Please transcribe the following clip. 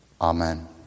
Amen